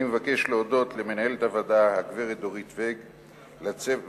אני מבקש להודות למנהלת הוועדה הגברת דורית ואג ולצוותה,